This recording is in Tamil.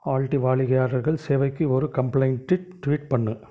ஆல்டி வாடிக்கையாளர் சேவைக்கு ஒரு கம்ப்ளைண்ட்டை ட்வீட் பண்ணு